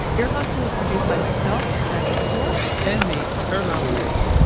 ear hustle is produced by myself, nigel poor and me, earlonne woods.